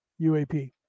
UAP